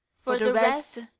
for the rest,